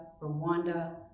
Rwanda